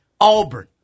Auburn